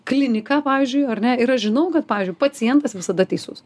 kliniką pavyzdžiui ar ne ir aš žinau kad pavyzdžiui pacientas visada teisus